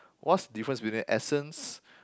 what's the difference between the essence